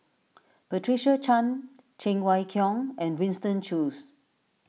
Patricia Chan Cheng Wai Keung and Winston Choos